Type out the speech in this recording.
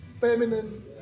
feminine